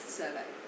survey